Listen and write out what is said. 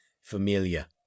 familia